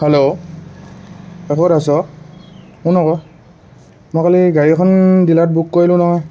hello তই ক'ত আছ শুন আক' মই কালি গাড়ী এখন ডিলাৰত বুক কৰিলোঁ নহয়